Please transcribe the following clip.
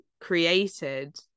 created